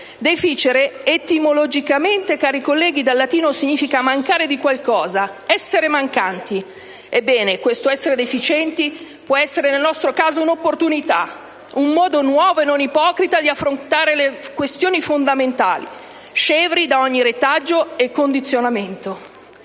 «deficere» etimologicamente, dal latino, significa mancare di qualcosa, essere mancanti. Ebbene, questo essere deficienti può essere nel nostro caso un'opportunità, un modo nuovo e non ipocrita di affrontare le questioni fondamentali, scevri da ogni retaggio e condizionamento.